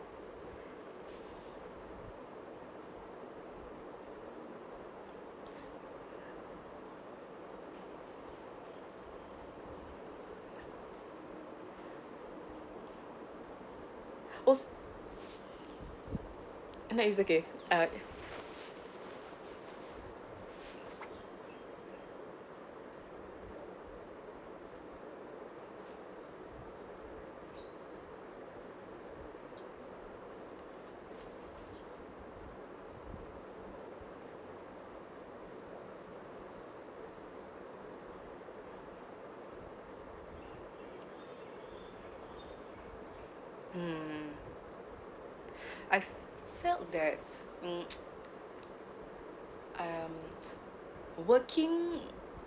!oops! I know it's okay uh mm I felt that mm um working